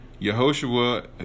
Yehoshua